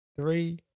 three